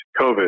COVID